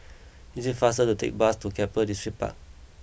it is faster to take bus to Keppel Distripark